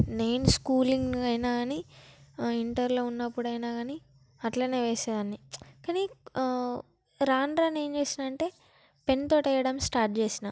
నేను స్కూలింగ్ అయినా కానీ ఇంటర్లో ఉన్నప్పుడు అయినా కానీ అట్లనే వేసేదాన్ని కానీ రాను రాను ఏం చేశానంటే పెన్ తోటి వేయడం స్టార్ట్ చేసిన